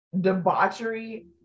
debauchery